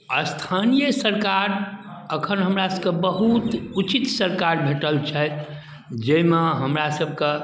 स्थानीय सरकार एखन हमरा सभकऽ बहुत उचित सरकार भेटल छथि जाहिमे हमरा सभकऽ